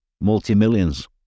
multi-millions